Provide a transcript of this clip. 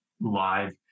live